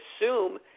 assume